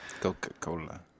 Coca-Cola